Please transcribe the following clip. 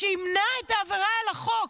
שימנע את העבירה על החוק,